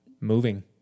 Moving